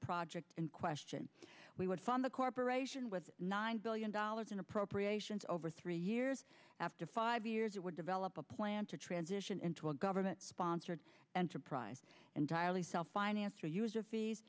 project in question we would fund the corporation with nine billion dollars in appropriations over three years after five years it would develop a plan to transition into a government sponsored enterprise entirely sell finance or user fees